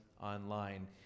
online